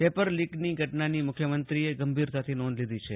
paper લીકની ઘટનાની મુખ્યમંત્રીએ ગંભીરતાથી નોંધ લીધી છે